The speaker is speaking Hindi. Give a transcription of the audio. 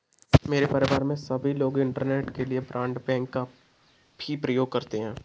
मेरे परिवार में सभी लोग इंटरनेट के लिए ब्रॉडबैंड का भी प्रयोग करते हैं